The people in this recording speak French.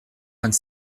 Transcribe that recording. vingt